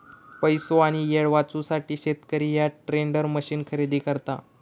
पैसो आणि येळ वाचवूसाठी शेतकरी ह्या टेंडर मशीन खरेदी करता